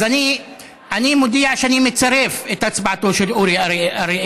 אז אני מודיע שאני מצרף את הצבעתו של אורי אריאל,